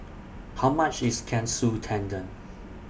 How much IS Katsu Tendon